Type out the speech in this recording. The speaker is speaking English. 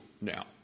now